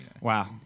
Wow